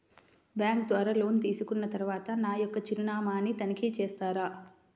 Bank ద్వారా loan తీసుకున్న తరువాత నా యొక్క చిరునామాని తనిఖీ చేస్తారా?